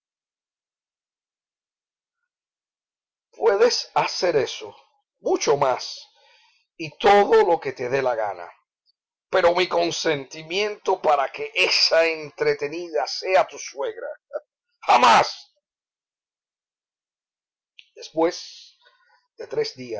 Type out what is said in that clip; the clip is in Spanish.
hacer eso mucho más y todo lo que te dé la gana pero mi consentimiento para que esa entretenida sea tu suegra jamás después de tres